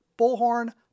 Bullhorn